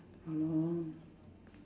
!hannor!